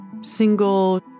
single